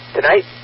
Tonight